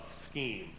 scheme